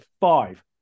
five